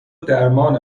درمان